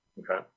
okay